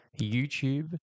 YouTube